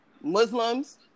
Muslims